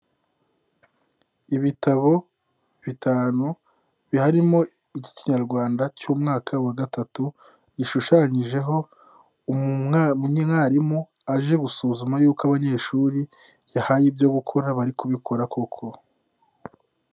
Ibitabo bitanu haririmo icy'Ikinyarwanda cy'umwaka wa gatatu, gishushanyijeho umwarimu aje gusuzuma yuko abanyeshuri yahaye ibyo gukora bari kubikora koko.